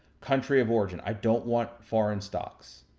country of origin, i don't want foreign stocks.